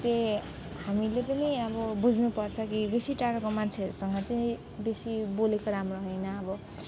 त्यही हामीले पनि अब बुझ्नुपर्छ कि बेसी टाढोको मान्छेहरूसँग चाहिँ बेसी बोलेको राम्रो हैन अब